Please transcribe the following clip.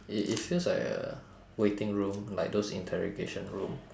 it it feels like a waiting room like those interrogation room